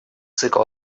цикл